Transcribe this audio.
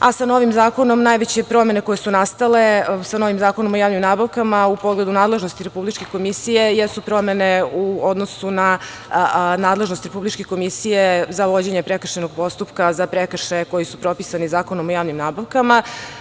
a sa novim zakonom najveće promene koje su nastale, sa novim Zakonom o javnim nabavkama, u pogledu nadležnosti Republičke komisije, jesu promene u odnosu na nadležnost Republičke komisije, za vođenje prekršajnog postupka, za prekršaje koji su propisani Zakonom o javnim nabavkama.